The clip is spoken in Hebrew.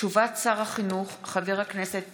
הודעת שר החינוך חבר הכנסת